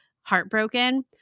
heartbroken